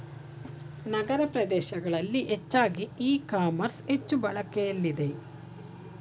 ನಗರ ಪ್ರದೇಶಗಳಲ್ಲಿ ಹೆಚ್ಚಾಗಿ e commerce ಹೆಚ್ಚು ಬಳಕೆಲಿದೆ